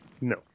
No